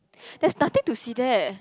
there's nothing to see there